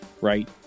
right